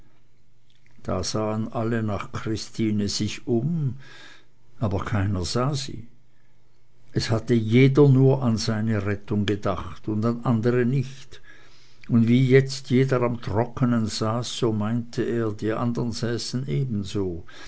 da sahen alle nach christine sich um aber keiner sah sie es hatte jeder nur an seine rettung gedacht und an andere nicht und wie jetzt jeder am trocknen saß so meinte er die andern säßen ebenso